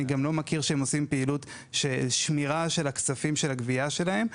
אני גם לא מכיר שהן עושות פעילות של שמירה של הכספים של הגבייה שלהן.